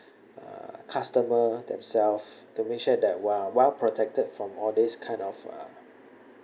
uh customer themself to make sure that we're well protected from all these kind of uh